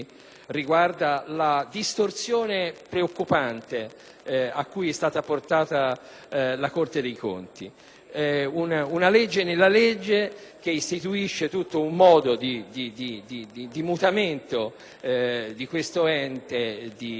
riguarda la distorsione preoccupante cui è stata portata la Corte dei conti. Una legge nella legge, che istituisce tutto un processo di mutamento di questo ente di